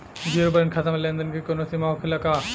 Zero balance खाता में लेन देन के कवनो सीमा होखे ला का?